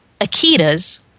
Akitas